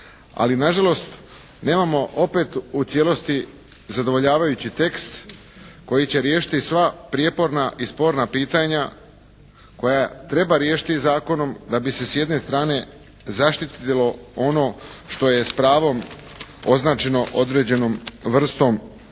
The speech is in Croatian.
Ali na žalost nemamo opet u cijelosti zadovoljavajući tekst koji će riješiti sva prijeporna i sporna pitanja koja treba riješiti zakonom da bi se s jedne strane zaštitilo ono što je s pravom označeno određenom vrstom